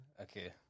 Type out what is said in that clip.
Okay